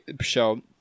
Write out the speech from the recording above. show